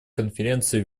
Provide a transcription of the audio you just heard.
конференции